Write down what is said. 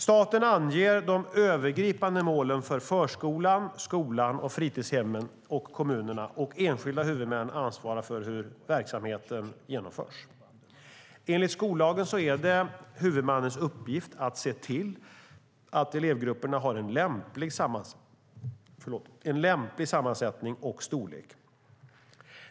Staten anger de övergripande målen för förskola, skola och fritidshem, och kommunerna och enskilda huvudmän ansvarar för hur verksamheten genomförs. Enligt skollagen är det huvudmannens uppgift att se till att elevgrupperna har en lämplig sammansättning och storlek.